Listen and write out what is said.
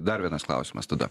dar vienas klausimas tada